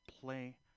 play